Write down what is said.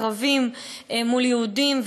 ערבים מול יהודים,